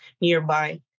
nearby